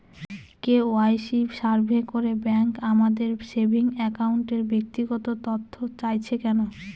KYC survey করে bank আমাদের saving অ্যাকাউন্টের ব্যক্তিগত তথ্য চাইছে কেন?